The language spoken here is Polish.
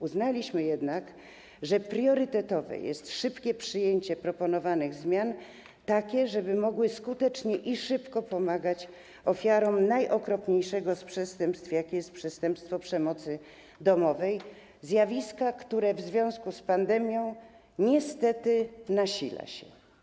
Uznaliśmy jednak, że priorytetowe jest szybkie przyjęcie proponowanych zmian, tak żeby mogły skutecznie i szybko pomagać ofiarom najokropniejszego z przestępstw, jakim jest przestępstwo przemocy domowej - zjawiska, które w związku z pandemią niestety nasila się.